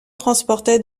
transportait